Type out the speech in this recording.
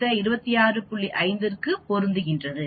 5 பொருந்துகிறது